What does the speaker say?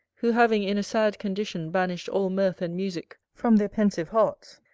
who having in a sad condition banished all mirth and musick from their pensive hearts,